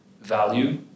value